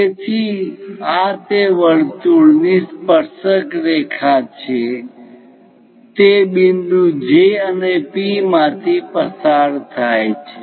તેથી આ તે વર્તુળ ની સ્પર્શક રેખા છે તે બિંદુ J અને P માંથી પસાર થાય છે